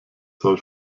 zoll